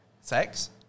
sex